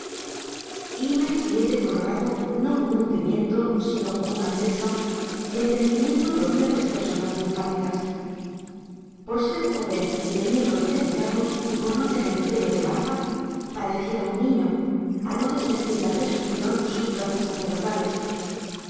iba el jinete colorado no como un pimiento sino como una fresa encendimiento propio de personas linfáticas por ser joven y de miembros delicados y por no tener pelo de barba pareciera un niño a no desmentir la presunción sus trazas sacerdotales